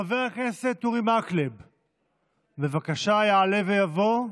חבר הכנסת אורי מקלב, בבקשה, יעלה ויבוא.